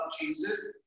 Jesus